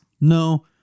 No